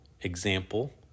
example